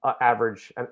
average